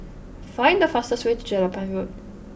find the fastest way to Jelapang Road